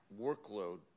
workload